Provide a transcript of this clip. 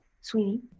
Sweeney